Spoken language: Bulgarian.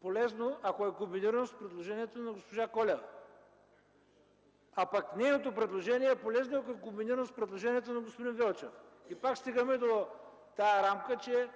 полезно, ако е комбинирано с предложението на госпожа Колева, а пък нейното предложение е полезно, ако е комбинирано с предложението на господин Велчев. Пак стигаме до тази рамка, че